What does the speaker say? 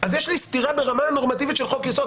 אז יש לי סתירה ברמה הנורמטיבית של חוק-יסוד.